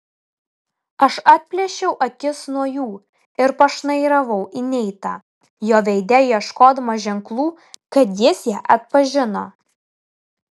aš atplėšiau akis nuo jų ir pašnairavau į neitą jo veide ieškodama ženklų kad jis ją atpažino